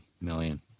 million